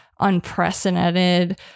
unprecedented